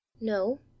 no